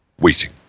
waiting